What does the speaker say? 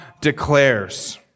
declares